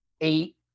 eight